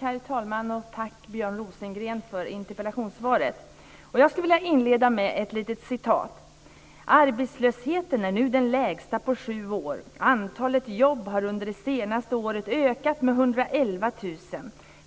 Herr talman! Tack, Björn Rosengren, för interpellationssvaret. Jag skulle vilja inleda med ett litet citat: "Arbetslösheten är nu den lägsta på sju år. Antalet jobb har under det senaste året ökat med 111 000.